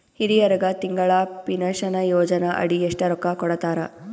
ಹಿರಿಯರಗ ತಿಂಗಳ ಪೀನಷನಯೋಜನ ಅಡಿ ಎಷ್ಟ ರೊಕ್ಕ ಕೊಡತಾರ?